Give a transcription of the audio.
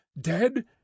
dead